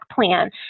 plan